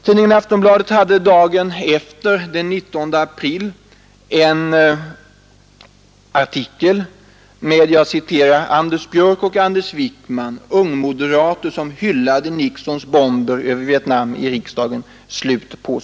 Tidningen Aftonbladet hade dagen efter debatten, den 19 april, en artikel med rubriken ”Anders Björck och Anders Wijkman, ungmoderater, som hyllade Nixons bomber över Vietnam i riksdagen”.